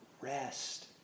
rest